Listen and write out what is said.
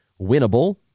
winnable